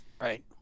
Right